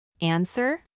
Answer